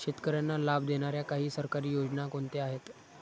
शेतकऱ्यांना लाभ देणाऱ्या काही सरकारी योजना कोणत्या आहेत?